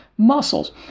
muscles